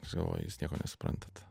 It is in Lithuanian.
aš galvoju jūs nieko nesuprantat